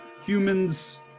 humans